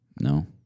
No